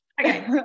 Okay